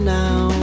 now